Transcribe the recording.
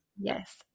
Yes